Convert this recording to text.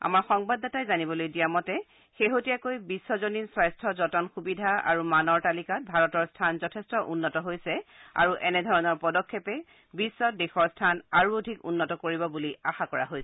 আমাৰ সংবাদদাতাই জনিবলৈ দিয়া মতে শেহতীয়াকৈ বিশ্বজনীন স্বাস্থ্য যতন সুবিধা আৰু মানৰ তালিকাত ভাৰতৰ স্থান যথেষ্ট উন্নত হৈছে আৰু এনেধৰণৰ পদক্ষেপে বিশ্বত দেশৰ স্থান আৰু অধিক উন্নত কৰিব বুলি আশা কৰা হৈছে